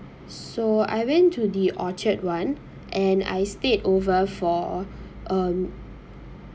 so I went to the orchard one and I stayed over for um